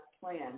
plan